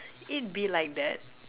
it be like that